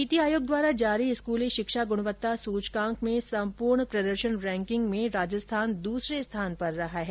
नीति आयोग द्वारा जारी स्कूली शिक्षा गुणवत्ता सूचकांक में सम्पूर्ण प्रदर्शन रैकिंग में राजस्थान दूसरे स्थान पर रहा है